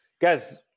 Guys